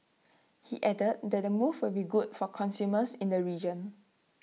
he added that the move will be good for consumers in the region